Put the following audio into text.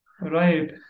Right